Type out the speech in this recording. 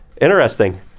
interesting